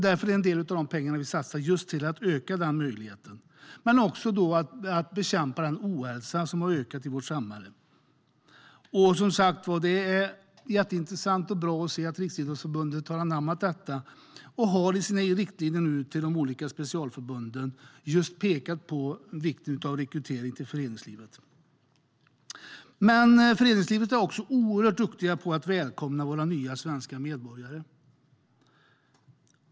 Därför går en del av de pengar vi satsar till att öka just den möjligheten, också för att vi ska bekämpa den ohälsa som har ökat i vårt samhälle. Det är som sagt intressant och bra att Riksidrottsförbundet har anammat detta. I sina riktlinjer till de olika specialförbunden pekar de nu på vikten av rekrytering till föreningslivet. Men föreningslivet är också oerhört duktigt på att välkomna våra nya svenska medborgare.